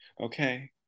okay